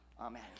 Amen